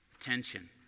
attention